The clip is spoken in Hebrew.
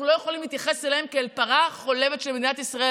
אנחנו לא יכולים להתייחס אליהם כאל פרה חולבת של מדינת ישראל.